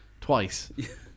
twice